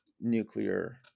nuclear